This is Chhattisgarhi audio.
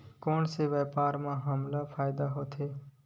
कोन से व्यापार म हमला फ़ायदा होथे?